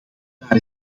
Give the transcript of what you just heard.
daar